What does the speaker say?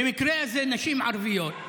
במקרה הזה נשים ערביות: